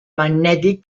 magnètic